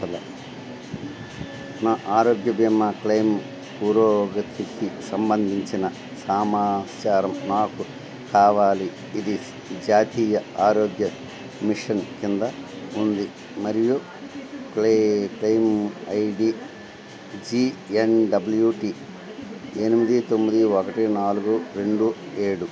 నా ఆరోగ్య బీమా క్లెయిమ్ పురోగతికి సంబంధించిన సమాచారం నాకు కావాలి ఇది జాతీయ ఆరోగ్య మిషన్ కింద ఉంది మరియు claim I D G N W T ఎనిమిది తొమ్మిది ఒకటి నాలుగు రెండు ఏడు